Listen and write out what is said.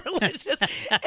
religious